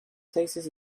places